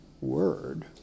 word